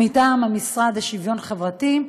מטעם המשרד לשוויון חברתי,